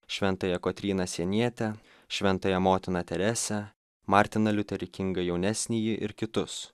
šventąją kotryną sienietę šventąją motiną teresę martiną liuterį kingą jaunesnįjį ir kitus